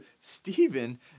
Stephen